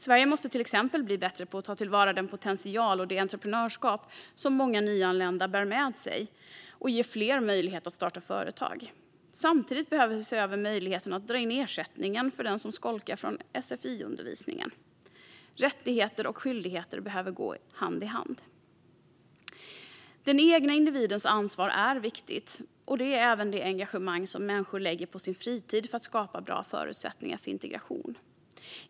Sverige måste till exempel bli bättre på att ta till vara den potential och det entreprenörskap som många nyanlända bär med sig och ge fler möjlighet att starta företag. Samtidigt behöver vi se över möjligheterna att dra in ersättningen för dem som skolkar från sfi-undervisningen. Rättigheter och skyldigheter behöver gå hand i hand. Den egna individens ansvar är viktigt, och det är även det engagemang som människor lägger på sin fritid för att skapa bra förutsättningar för integration.